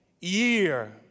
year